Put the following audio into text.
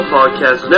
Podcast